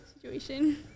situation